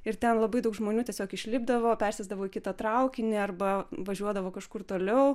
ir ten labai daug žmonių tiesiog išlipdavo persėsdavo į kitą traukinį arba važiuodavo kažkur toliau